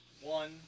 one